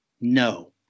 no